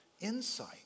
insight